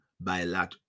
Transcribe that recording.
bilateral